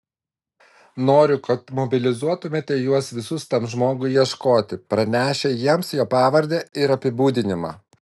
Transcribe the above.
noriu kad mobilizuotumėte juos visus tam žmogui ieškoti pranešę jiems jo pavardę ir apibūdinimą